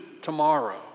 tomorrow